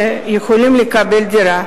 והיו יכולים לקבל דירה.